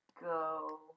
go